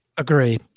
Agree